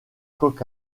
coq